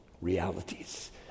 Realities